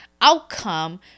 outcome